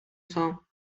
خواهم